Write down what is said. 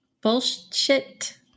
Bullshit